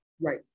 Right